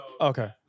Okay